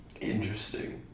Interesting